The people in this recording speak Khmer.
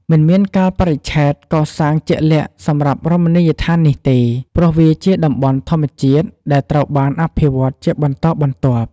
មិនមានកាលបរិច្ឆេទកសាងជាក់លាក់សម្រាប់រមណីយដ្ឋាននេះទេ ព្រោះវាជាតំបន់ធម្មជាតិដែលត្រូវបានអភិវឌ្ឍជាបន្តបន្ទាប់។